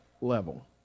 level